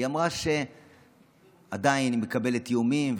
היא אמרה שעדיין היא מקבלת איומים,